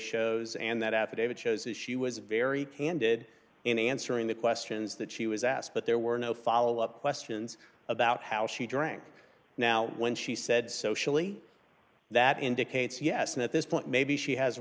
shows that she was very candid in answering the questions that she was asked but there were no follow up questions about how she drank now when she said socially that indicates yes and at this point maybe she has a